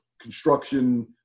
construction